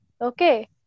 Okay